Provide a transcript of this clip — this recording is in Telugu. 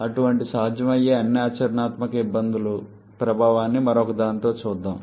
అటువంటి సాధ్యమయ్యే అన్ని ఆచరణాత్మక ఇబ్బందుల ప్రభావాన్ని మరొకదానిలో చూద్దాం